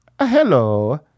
Hello